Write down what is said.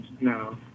no